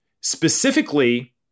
Specifically